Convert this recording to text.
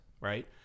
Right